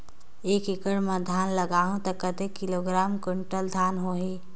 एक एकड़ मां धान लगाहु ता कतेक किलोग्राम कुंटल धान होही?